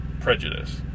prejudice